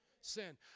Sin